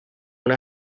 una